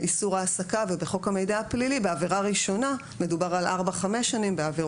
ובחוק המידע הפלילי בעבירה ראשונה מדובר על 5-4 שנים.